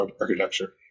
architecture